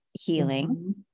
healing